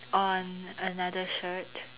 on another shirt